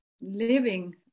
living